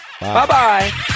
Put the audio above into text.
Bye-bye